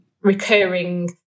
recurring